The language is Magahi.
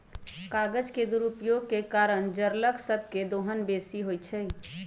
कागज के दुरुपयोग के कारण जङगल सभ के दोहन बेशी होइ छइ